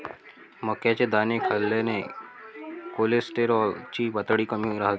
मक्याचे दाणे खाल्ल्याने कोलेस्टेरॉल ची पातळी कमी राहते